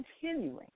continuing